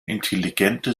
intelligente